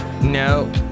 No